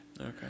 Okay